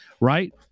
right